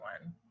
one